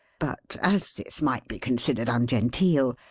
but as this might be considered ungenteel,